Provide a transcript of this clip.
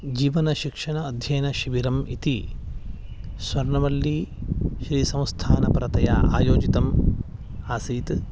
जीवनशिक्षणं अध्ययनशिबिरम् इति स्वर्णवल्ली श्रीसंस्थानपरतया आयोजितम् आसीत्